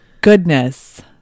goodness